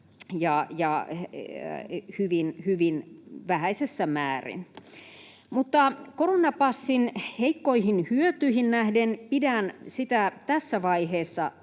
ja hyvin vähäisissä määrin. Mutta koronapassin heikkoihin hyötyihin nähden pidän sitä tässä vaiheessa